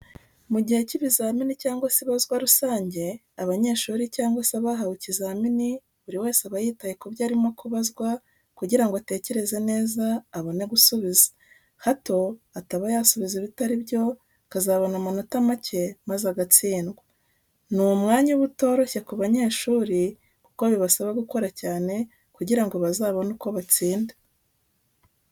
Mu gihe cy'ibizamini cyangwa se ibazwa rusange abanyeshuri cyangwa se abahawe ikizamini buri wese aba yitaye ku byo arimo kubazwa kugira ngo atekereze neza abone gusubiza, hato ataba yasubiza ibitari byo akazabona amanota make maze agatsindwa. Ni umwanya uba utoroshye ku banyeshuri kuko bibasaba gukora cyane kugira ngo bazabone uko batsinda.